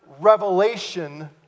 revelation